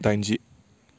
दाइनजि